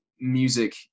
music